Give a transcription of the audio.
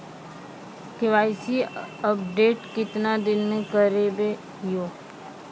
KYC update केतना दिन मे करेबे यो?